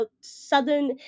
southern